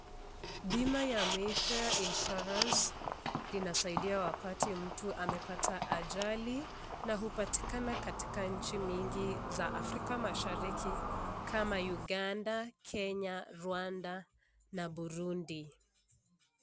Bima ya mayfare insurance inasaidia mtu wakati amepata ajali, na hupatikana katika nchi mingi za Afrika mashariki kama Uganda, Kenya, Rwanda na burundi.